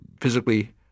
physically